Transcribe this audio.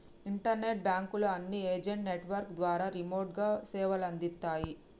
internet బాంకుల అన్ని agent network ద్వారా రిమోట్ గా సేవలందిత్తాయి